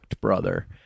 brother